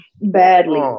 Badly